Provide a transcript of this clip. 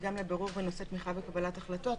גם לבירור בנושא תמיכה וקבלת החלטות,